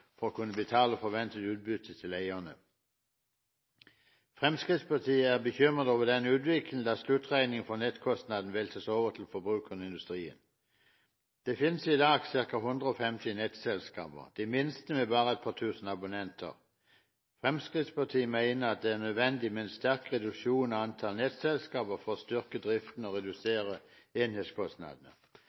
for å kunne betale forventet utbytte til eierne. Fremskrittspartiet er bekymret for denne utviklingen, da sluttregningen for nettkostnadene veltes over til forbrukerne og industrien. Det finnes i dag ca. 150 nettselskaper – de minste med bare er par tusen abonnenter. Fremskrittspartiet mener at det er nødvendig med en sterk reduksjon av antall nettselskaper for å styrke driften og redusere enhetskostnadene.